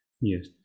Yes